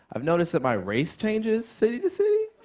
i've noticed that my race changes city to city?